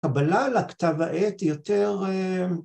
‫קבלה לכתב העט יותר...